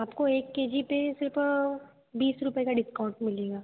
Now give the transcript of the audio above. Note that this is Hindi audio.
आपको एक के जी पे सिर्फ बीस रुपए का डिस्काउंट मिलेगा